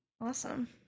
Awesome